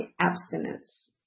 abstinence